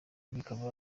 bikaba